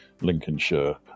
Lincolnshire